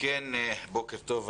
בוקר טוב,